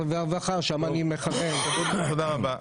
תודה רבה.